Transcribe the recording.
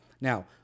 Now